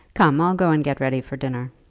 come i'll go and get ready for dinner.